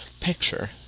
picture